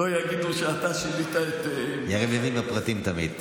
לא יגידו שאתה שינית, יריב לוין בפרטים תמיד.